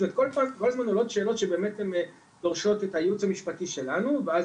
כל הזמן עולות שאלות שדורשות את הייעוץ המשפטי שלנו ואז